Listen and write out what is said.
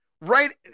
right